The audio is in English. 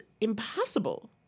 impossible